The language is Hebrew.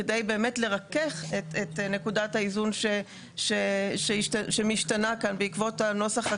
כדי לרכך את נקודת האיזון שמשתנה כאן בעקבות הנוסח הקיים.